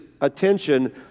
attention